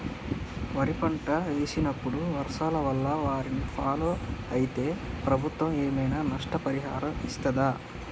వరి పంట వేసినప్పుడు వర్షాల వల్ల వారిని ఫాలో అయితే ప్రభుత్వం ఏమైనా నష్టపరిహారం ఇస్తదా?